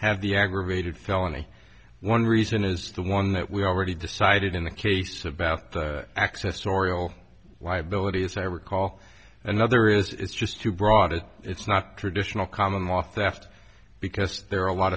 have the aggravated felony one reason is the one that we already decided in the case about access oriel liability as i recall another is is just too broad as it's not traditional common law theft because there are a lot